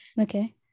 Okay